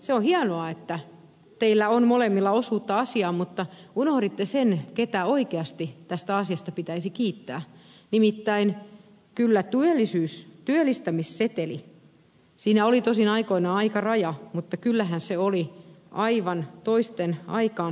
se on hienoa että teillä on molemmilla osuutta asiaan mutta unohditte sen ketä oikeasti tästä asiasta pitäisi kiittää nimittäin kyllä työllistämisseteli siinä oli tosin aikoinaan aikaraja oli aivan toisten aikaansaama